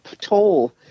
toll